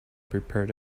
prepared